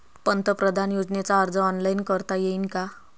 पंतप्रधान योजनेचा अर्ज ऑनलाईन करता येईन का?